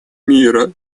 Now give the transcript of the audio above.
мира